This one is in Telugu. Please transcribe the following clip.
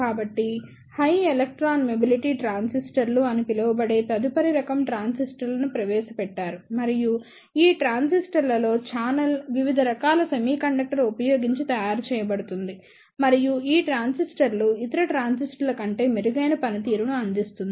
కాబట్టి హై ఎలక్ట్రాన్ మొబిలిటీ ట్రాన్సిస్టర్లు అని పిలువబడే తదుపరి రకం ట్రాన్సిస్టర్లను ప్రవేశపెట్టారు మరియు ఈ ట్రాన్సిస్టర్లలో ఛానెల్ వివిధ రకాల సెమీకండక్టర్ ఉపయోగించి తయారు చేయబడుతుంది మరియు ఈ ట్రాన్సిస్టర్లు ఇతర ట్రాన్సిస్టర్ల కంటే మెరుగైన పనితీరును అందిస్తుంది